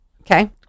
Okay